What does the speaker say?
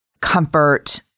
comfort